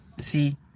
See